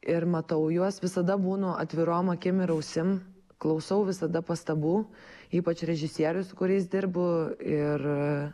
ir matau juos visada būnu atvirom akim ir ausim klausau visada pastabų ypač režisierių su kuriais dirbu ir